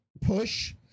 push